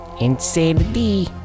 insanity